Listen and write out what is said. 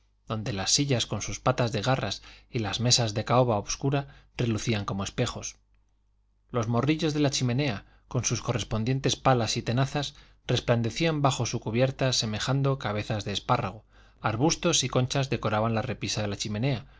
donde las sillas con sus patas de garras y las mesas de caoba obscura relucían como espejos los morillos de la chimenea con sus correspondientes palas y tenazas resplandecían bajo su cubierta semejando cabezas de espárragos arbustos y conchas decoraban la repisa de la chimenea